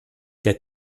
der